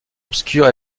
obscure